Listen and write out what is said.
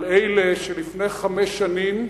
על אלה שלפני חמש שנים,